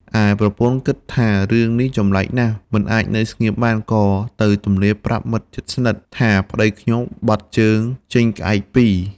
ឯប្រពន្ធគិតថារឿងនេះចម្លែកណាស់ មិនអាចនៅស្ងៀមបាន ក៏ទៅទម្លាយប្រាប់មិត្តជិតស្និទ្ធម្នាក់ថា៖ "ប្ដីខ្ញុំបត់ជើងចេញក្អែកពីរ"។